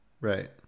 Right